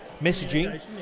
messaging